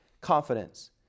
confidence